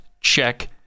Check